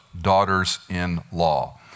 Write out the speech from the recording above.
daughters-in-law